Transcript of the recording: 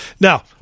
Now